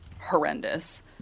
horrendous